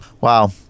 wow